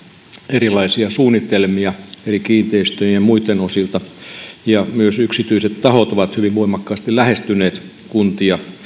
erilaisia suunnitelmia eri kiinteistöjen ja muiden osalta ja myös yksityiset tahot ovat hyvin voimakkaasti lähestyneet kuntia